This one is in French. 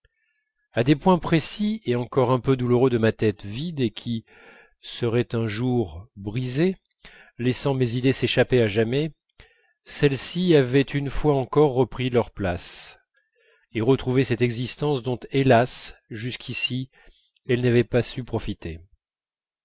à des points précis et encore un peu douloureux de ma tête vide et qui serait un jour brisée laissant mes idées s'échapper à jamais celles-ci avaient une fois encore repris leur place et retrouvé cette existence dont hélas jusqu'ici elles n'avaient pas su profiter